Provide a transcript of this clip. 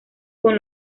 con